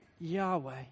Yahweh